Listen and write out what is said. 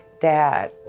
that,